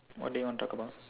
what do you want to talk about